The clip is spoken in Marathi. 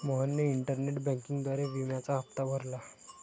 मोहनने इंटरनेट बँकिंगद्वारे विम्याचा हप्ता भरला